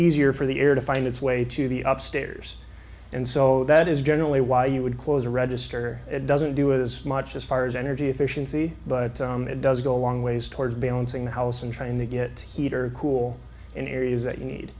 easier for the air to find its way to the up stairs and so that is generally why you would close a register it doesn't do it as much as fires energy efficiency but it does go a long ways towards balancing the house and trying to get heat or cool in areas that you need